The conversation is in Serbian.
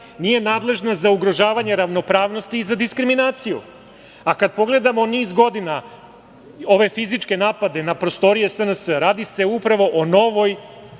nije nadležna za ugrožavanje ravnopravnosti i za diskriminaciju. Kada pogledamo niz godina ove fizičke napade na prostorije SNS, radi se upravo o novoj